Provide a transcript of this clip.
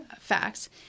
facts